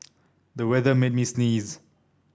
the weather made me sneeze